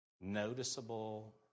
noticeable